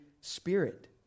Spirit